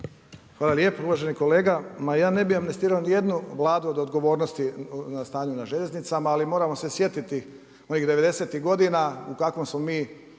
Hvala lijepo. Uvaženi kolega, ma ja ne bi amnestirao ni jednu Vladu od odgovornosti o stanju na željeznicama, ali moramo se sjetiti onih 90'-tih godina u kakvom smo mi,